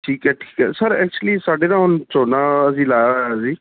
ਠੀਕ ਹੈ ਠੀਕ ਹੈ ਸਰ ਐਕਚੁਲੀ ਸਾਡੇ ਨਾ ਹੁਣ ਝੋਨਾ ਅਸੀਂ ਲਾਇਆ ਹੋਇਆ ਅਸੀਂ